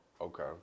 Okay